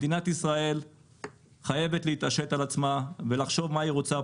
מדינת ישראל חייבת להתעשת על עצמה ולחשוב מה היא רוצה.